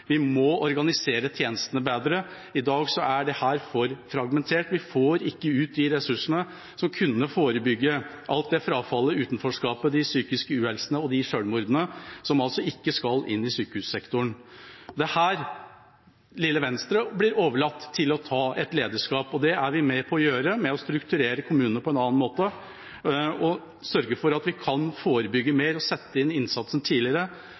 Vi må organisere tjenestene bedre. I dag er dette for fragmentert, vi får ikke ut de ressursene som kunne forebygge frafallet og utenforskapet, den psykiske uhelsen og selvmordene, som altså ikke skal inn i sykehussektoren. Det er her lille Venstre blir overlatt til å ta et lederskap, og det er vi med på å gjøre ved å strukturere kommunene på en annen måte og sørge for at vi kan forebygge mer og sette inn innsatsen tidligere,